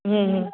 હમ્મ હમ્મ